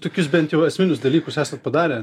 tokius bent jau esminius dalykus esat padarę